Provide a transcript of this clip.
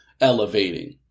elevating